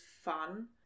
fun